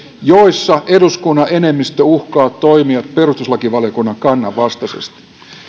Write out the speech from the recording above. joissa eduskunnan enemmistö uhkaa toimia perustuslakivaliokunnan kannan vastaisesti